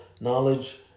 knowledge